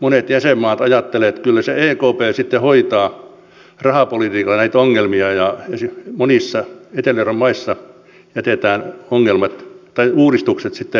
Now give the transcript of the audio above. monet jäsenmaat ajattelevat että kyllä se ekp sitten hoitaa rahapolitiikalla näitä ongelmia ja monissa etelä euroopan maissa jätetään uudistukset tekemättä